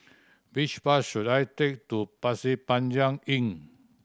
which bus should I take to Pasir Panjang Inn